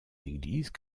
églises